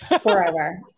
forever